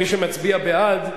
מי שמצביע בעד,